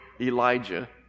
Elijah